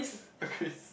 o~ okays